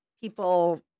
People